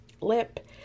lip